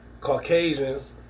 Caucasians